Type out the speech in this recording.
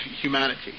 humanity